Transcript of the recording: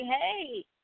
hey